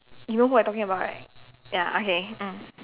you know who I talking about right ya okay mm